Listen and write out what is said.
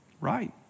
Right